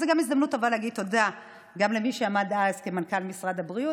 אז זו גם הזדמנות טובה להגיד תודה למי שעמד אז כמנכ"ל משרד הבריאות,